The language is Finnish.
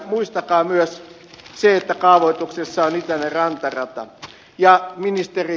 muistakaa myös se että kaavoituksessa on itäinen rantarata